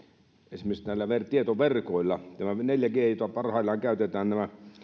esimerkiksi peräti vakoilua tietoverkoissa tässä neljä g ssä jota parhaillaan käytetään